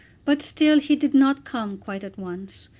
but still he did not come quite at once.